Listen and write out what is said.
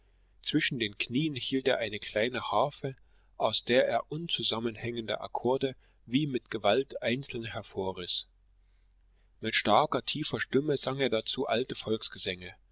zwischen den knien hielt er eine kleine harfe aus der er unzusammenhängende akkorde wie mit gewalt einzeln hervorriß mit starker tiefer stimme sang er dazu alte